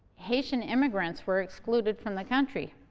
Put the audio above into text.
haitian immigrants were excluded from the country.